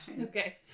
Okay